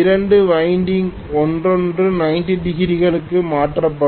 இரண்டு வைண்டிங் குகள் ஒன்றுக்கொன்று 90 டிகிரி க்கு மாற்றப்படும்